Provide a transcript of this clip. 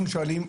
אנחנו שואלים,